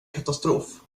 katastrof